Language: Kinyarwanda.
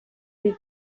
b’iri